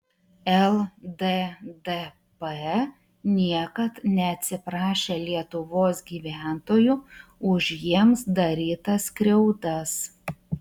lddp niekad neatsiprašė lietuvos gyventojų už jiems darytas skriaudas